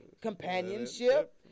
companionship